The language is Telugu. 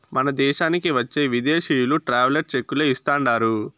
మన దేశానికి వచ్చే విదేశీయులు ట్రావెలర్ చెక్కులే ఇస్తాండారు